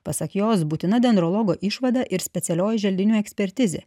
pasak jos būtina dendrologo išvada ir specialioji želdinių ekspertizė